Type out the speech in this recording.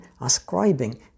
ascribing